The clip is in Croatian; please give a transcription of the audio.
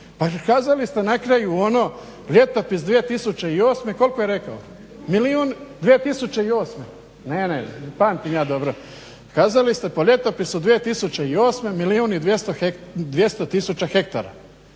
kazali ste na kraju ono ljetopis 2008.koliko je rekao milijun, 2008.ne, ne pamtim ja dobro. Kazali ste po ljetopisu 2008.milijun i 200 tisuća hektara.